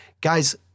Guys